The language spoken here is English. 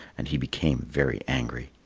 and he became very angry.